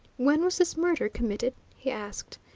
when was this murder committed? he asked.